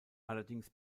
allerdings